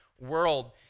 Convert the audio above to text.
world